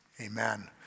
amen